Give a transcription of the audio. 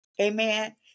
Amen